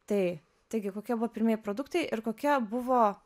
tai taigi kokie buvo pirmieji produktai ir kokia buvo